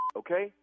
okay